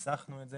ניסחנו את זה